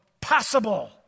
possible